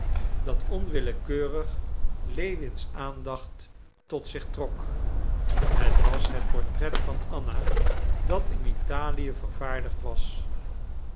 dat onwillekeurig lewins aandacht tot zich trok het was het portret van anna dat in italië vervaardigd was